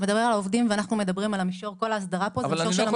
אתה מדבר על העובדים וכל ההסדרה פה היא במישור של המעסיקים.